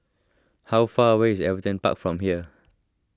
how far away is Everton Park from here